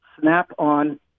snap-on